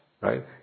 right